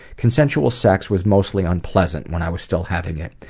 consensual sex was mostly unpleasant when i was still having it.